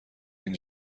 این